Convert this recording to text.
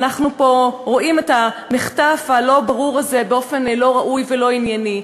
אנחנו פה רואים את המחטף הלא-ברור הזה באופן לא ראוי ולא ענייני.